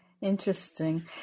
Interesting